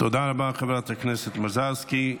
תודה רבה לחברת הכנסת מזרסקי.